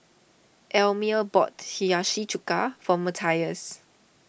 Elmer bought Hiyashi Chuka for Mathias